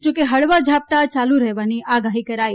જોકે હળવા ઝાપટાં ચાલુ રહેવાની આગાહી કરાઈ